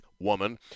woman